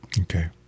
Okay